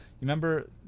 remember